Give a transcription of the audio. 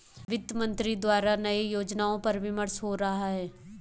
वित्त मंत्रालय द्वारा नए योजनाओं पर विमर्श हो रहा है